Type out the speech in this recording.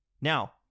Now